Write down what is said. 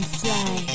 fly